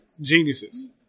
geniuses